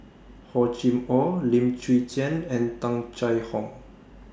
Hor Chim Or Lim Chwee Chian and Tung Chye Hong